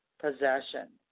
possession